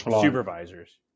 supervisors